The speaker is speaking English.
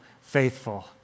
faithful